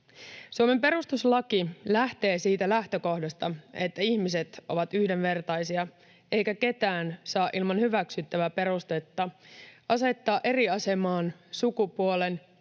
Suomen perustuslaki lähtee siitä lähtökohdasta, että ihmiset ovat yhdenvertaisia eikä ketään saa ilman hyväksyttävää perustetta asettaa eri asemaan sukupuolen,